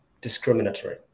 discriminatory